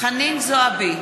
חנין זועבי,